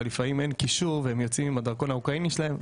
אבל לפעמים אין קישור והם יוצאים עם הדרכון האוקראיני שלהם.